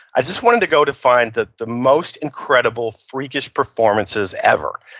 i just wanted to go to find the the most incredible freakish performances ever.